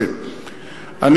לחייב אותה.